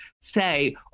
say